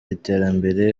iterambere